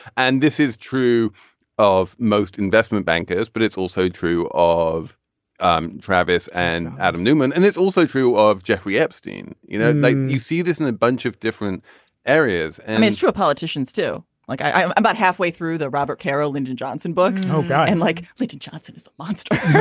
and this is true of most investment bankers but it's also true of um travis and adam newman and it's also true of jeffrey epstein you know know you see this in a bunch of different areas and it's true of politicians too like i about halfway through the robert carol lyndon johnson books yeah and like lyndon johnson is a monster.